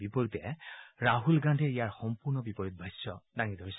আনহাতে ৰাছল গান্ধীয়ে ইয়াৰ সম্পূৰ্ণ বিপৰীত ভাষ্য দাঙি ধৰিছে